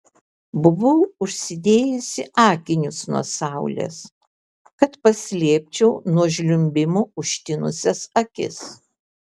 buvau užsidėjusi akinius nuo saulės kad paslėpčiau nuo žliumbimo užtinusias akis